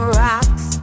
rocks